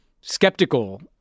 skeptical